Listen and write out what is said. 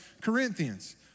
Corinthians